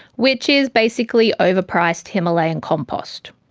which is basically overpriced himalayan compost.